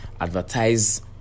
advertise